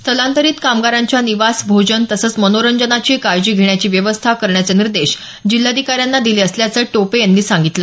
स्थलांतरित कामगारांच्या निवास भोजन तसंच मनोरंजनाची काळजी घेण्याची व्यवस्था करण्याचे निर्देश जिल्हाधिकाऱ्यांना दिले असल्याचं टोपे यांनी सांगितलं